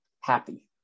happy